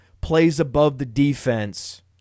plays-above-the-defense